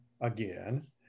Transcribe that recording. again